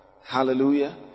hallelujah